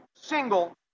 single